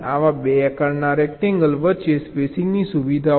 આવા 2 આકારના રેક્ટેન્ગ્યલ વચ્ચે સ્પેસિંગની સુવિધાઓ છે